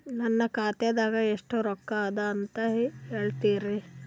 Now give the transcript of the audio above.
ನನ್ನ ಖಾತಾದಾಗ ಎಷ್ಟ ರೊಕ್ಕ ಅದ ಅಂತ ಹೇಳರಿ?